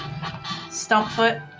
Stumpfoot